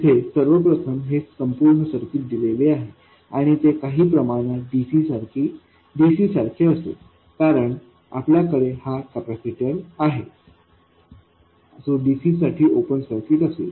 तिथे सर्वप्रथम हे संपूर्ण सर्किट दिलेले आहे आणि ते काही प्रमाणात dc सारखे असेल कारण आपल्याकडे हा कॅपेसिटर आहे जो dc साठी ओपन सर्किट असेल